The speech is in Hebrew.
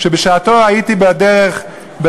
שבשעתי הייתי בדרך,